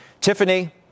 Tiffany